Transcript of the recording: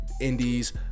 indies